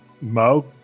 Mo